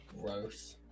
Gross